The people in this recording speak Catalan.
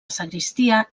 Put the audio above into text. sagristia